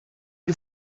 you